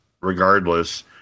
regardless